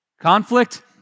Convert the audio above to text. Conflict